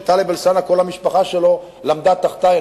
כל משפחתו של טלב אלסאנע למדה תחתי,